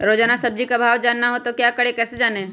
रोजाना सब्जी का भाव जानना हो तो क्या करें कैसे जाने?